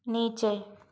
नीचे